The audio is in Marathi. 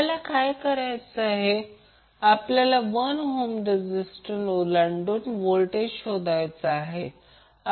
आपल्याला काय करायचे आहे आपल्याला 1 ohm रेझीस्टंस ओलांडून व्होल्टेज शोधायचा आहे